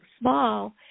small